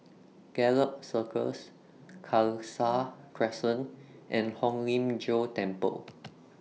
Gallop Circus Khalsa Crescent and Hong Lim Jiong Temple